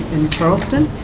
charleston.